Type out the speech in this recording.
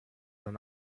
dann